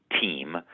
team